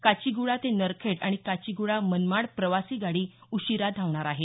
काचीगुडा ते नरखेड आणि काचीगुडा मनमाड प्रवासी गाडी उशीरा धावणार आहे